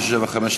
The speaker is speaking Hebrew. מס' 975,